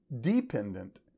dependent